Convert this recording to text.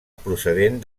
procedent